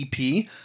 EP